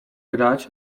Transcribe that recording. grać